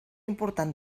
important